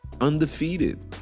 Undefeated